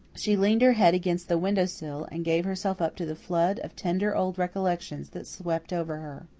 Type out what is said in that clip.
she leaned her head against the window-sill, and gave herself up to the flood of tender old recollections that swept over her.